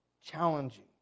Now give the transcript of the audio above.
challenging